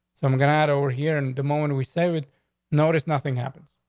so i'm gonna add over here and the moment we say with noticed, nothing happens.